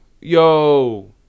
yo